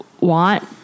want